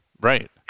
Right